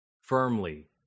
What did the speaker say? firmly